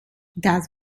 das